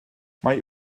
mae